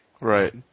Right